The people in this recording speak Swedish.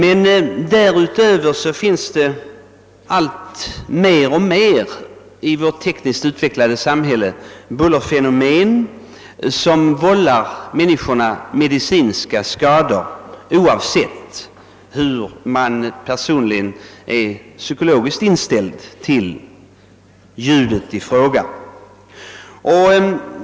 I vårt tekniskt alltmer utvecklade samhälle har det emellertid uppkommit bullerfenomen som vållar människorna medicinska skador, oavsett hur de är psykologiskt inställda till ljudet i fråga.